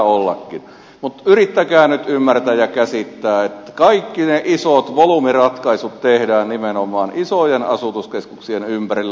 mutta yrittäkää nyt ymmärtää ja käsittää että kaikki ne isot volyymiratkaisut tehdään nimenomaan isojen asutuskeskuksien ympärillä